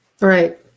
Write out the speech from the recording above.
right